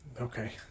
Okay